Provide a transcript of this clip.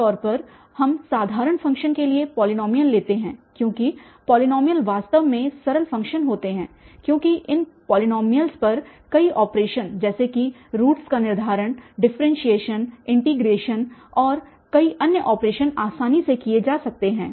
आमतौर पर हम साधारण फ़ंक्शन्स के लिए पॉलीनॉमियल लेते हैं क्योंकि पॉलीनॉमियल वास्तव में सरल फ़ंक्शन होते हैं क्योंकि इन पॉलीनोमीयल्स पर कई ऑपरेशन जैसे कि रूट्स का निर्धारण डिफरेंसिएशन इन्टीग्रेशन और कई अन्य ऑपरेशन आसानी से किए जा सकते हैं